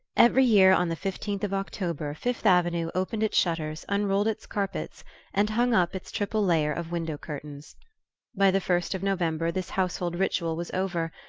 every year on the fifteenth of october fifth avenue opened its shutters, unrolled its carpets and hung up its triple layer of window-curtains. by the first of november this household ritual was over,